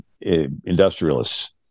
industrialists